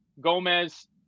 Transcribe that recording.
Gomez